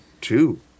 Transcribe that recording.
two